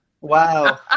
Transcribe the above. Wow